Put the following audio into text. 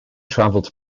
travelled